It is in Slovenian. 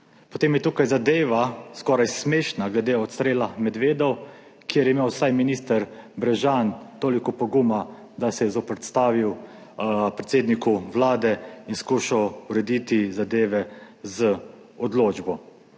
Potem je tukaj zadeva, skoraj smešna, glede odstrela medvedov, kjer je imel vsaj minister Brežan toliko poguma, da se je zoperstavil predsedniku Vlade in skušal urediti zadeve z odločbo.